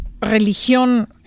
religión